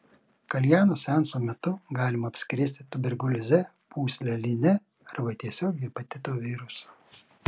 kaljano seanso metu galima apsikrėsti tuberkulioze pūsleline arba tiesiog hepatito virusu